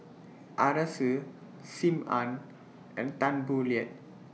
Arasu SIM Ann and Tan Boo Liat